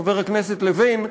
חבר הכנסת לוין,